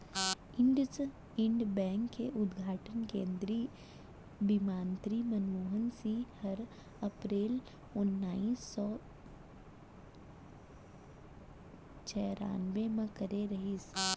IndusInd bank के उद्घाटन केन्द्रीय बित्तमंतरी मनमोहन सिंह हर अपरेल ओनाइस सौ चैरानबे म करे रहिस